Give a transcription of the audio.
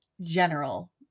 general